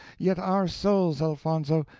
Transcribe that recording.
yet our souls, elfonzo,